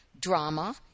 drama